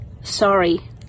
sorry